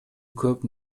көп